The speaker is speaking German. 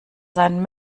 seinen